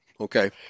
Okay